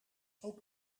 ook